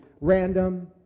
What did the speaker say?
random